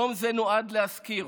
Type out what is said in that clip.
יום זה נועד להזכיר